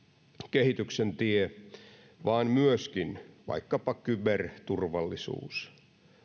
kehityksen tie vaan myöskin vaikkapa kyberturvallisuus